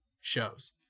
shows